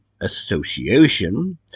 Association